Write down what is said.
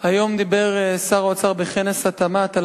היום דיבר שר האוצר בכנס התמ"ת על